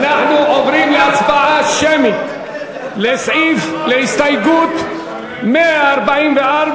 אנחנו עוברים להצבעה שמית על הסתייגות 144,